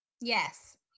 yes